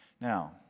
Now